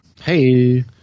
Hey